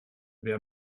wer